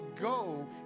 go